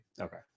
Okay